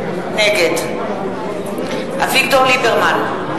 נגד אביגדור ליברמן,